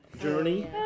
Journey